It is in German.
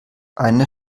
eine